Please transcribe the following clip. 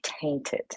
tainted